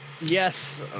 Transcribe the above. Yes